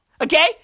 Okay